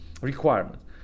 requirements